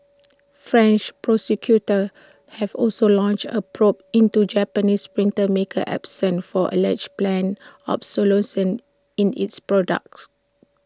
French prosecutors have also launched A probe into Japanese printer maker Epson for alleged planned obsolescence in its products